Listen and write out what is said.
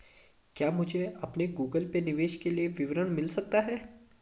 क्या मुझे अपने गूगल पे निवेश के लिए विवरण मिल सकता है?